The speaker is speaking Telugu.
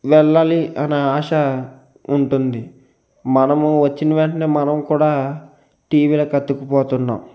వెళ్ళాలి అని ఆశ ఉంటుంది మనము వచ్చిన వెంటనే మనము కూడా టీవీలకు అతుక్కుపోతున్నాం